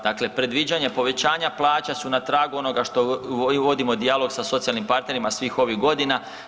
Dakle predviđanja i povećanja plaća su na tragu onoga što vodimo dijalog sa socijalnim partnerima svih ovih godina.